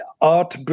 art